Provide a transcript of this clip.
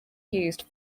used